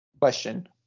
Question